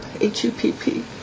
H-U-P-P